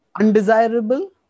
undesirable